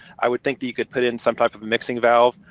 i would think that you could put in some type of mixing valve,